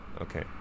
Okay